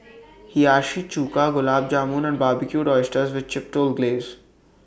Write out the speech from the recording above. Hiyashi Chuka Gulab Jamun and Barbecued Oysters with Chipotle Glaze